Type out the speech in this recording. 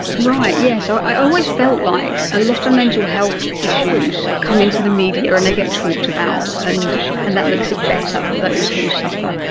yes, so i always felt like a lot of mental health issues come into the media and they get talked about and and that makes it better for those who suffer,